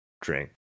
drink